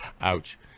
ouch